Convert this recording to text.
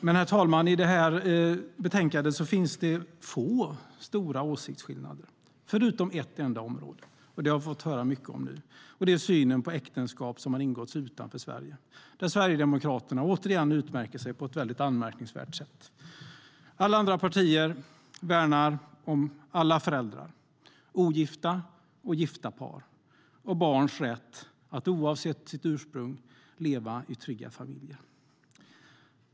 Herr talman! I det här betänkandet finns få stora åsiktsskillnader, förutom på ett enda område, och det har vi fått höra mycket om nu. Det gäller synen på äktenskap som har ingåtts utanför Sverige. Återigen utmärker sig Sverigedemokraterna på ett anmärkningsvärt sätt. Alla andra partier värnar om alla föräldrar, ogifta och gifta par, och barns rätt att oavsett sitt ursprung leva i trygga familjer.